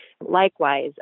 Likewise